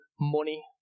money